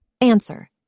Answer